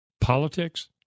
politics